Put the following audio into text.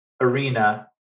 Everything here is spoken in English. arena